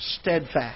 steadfast